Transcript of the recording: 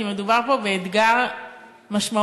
כי מדובר פה באתגר משמעותי,